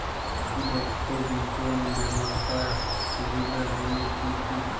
দক্ষ বিপণন ব্যবস্থার সুবিধাগুলি কি কি?